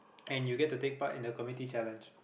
and you get to take part in the community challenge